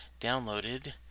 downloaded